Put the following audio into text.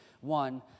one